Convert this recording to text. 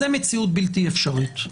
זו מציאות בלתי אפשרית.